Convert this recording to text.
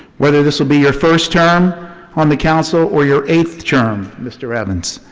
whether this will be your first term on the council or your eighth term, mr. evans.